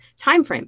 timeframe